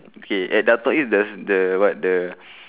K at downtown east there's the what the